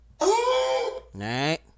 Right